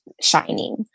shining